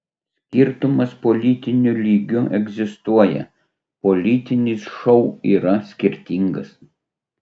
skirtumas politiniu lygiu egzistuoja politinis šou yra skirtingas